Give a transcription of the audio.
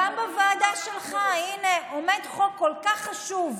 גם בוועדה שלך, הינה, עומד חוק כל כך חשוב.